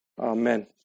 Amen